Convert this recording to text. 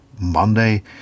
monday